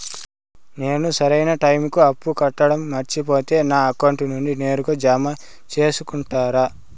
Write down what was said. నేను సరైన టైముకి అప్పు కట్టడం మర్చిపోతే నా అకౌంట్ నుండి నేరుగా జామ సేసుకుంటారా?